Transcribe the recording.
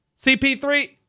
CP3